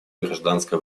гражданской